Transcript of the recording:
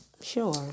Sure